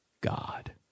God